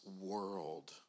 world